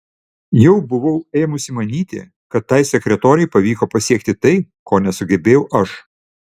jau buvau ėmusi manyti kad tai sekretorei pavyko pasiekti tai ko nesugebėjau aš